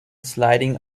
sliding